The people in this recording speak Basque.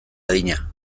adina